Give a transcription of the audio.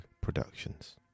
Productions